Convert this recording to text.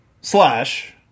slash